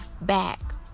back